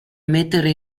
mettere